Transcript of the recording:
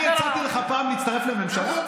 אני הצעתי לך פעם להצטרף לממשלה?